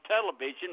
television